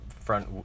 front